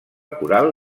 coral